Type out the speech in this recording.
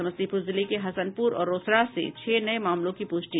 समस्तीपुर जिले के हसनपुर और रोसड़ा से छह नये मामलों की पुष्टि